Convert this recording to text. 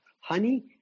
honey